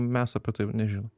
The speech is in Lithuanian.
mes apie tai nežinom